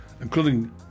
including